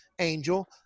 Angel